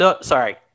sorry